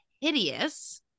hideous